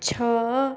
ଛଅ